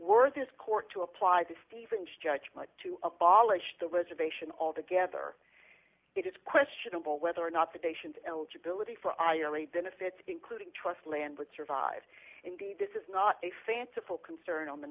were this court to apply the stevens judgment to abolish the reservation altogether it is questionable whether or not the nation's eligibility for our yearly benefits including trust land would survive indeed this is not a fanciful concern on the